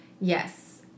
Yes